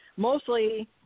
mostly